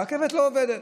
הרכבת לא עובדת.